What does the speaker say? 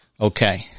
Okay